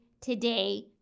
today